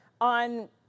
on